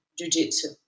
Jiu-Jitsu